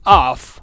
off